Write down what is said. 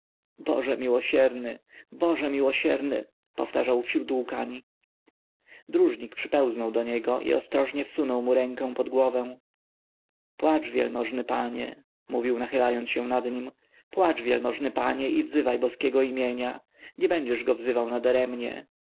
boże miłosierny boże miłosierny powtarzał wśród łkań dróżnik przypełznął do niego i ostrożnie wsunął mu rękę pod głowę płacz wielmożny panie mówił nachylając się nad nim płacz wielmożny panie i wzywaj boskiego imienia nie będziesz go wzywał nadaremnie